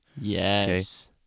Yes